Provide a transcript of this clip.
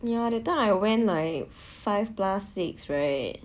ya that time I went like five plus six right